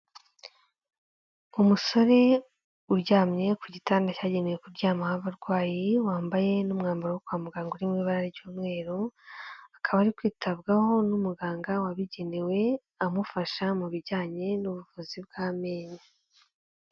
Umusore uryamye ku gitanda cyagenewe kuryamaho abarwayi, wambaye n'umwambaro wo kwa muganga uri mu ibara ry'umweru, akaba ari kwitabwaho n'umuganga wabigenewe amufasha mu bijyanye n'ubuvuzi bw'amenyo.